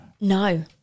No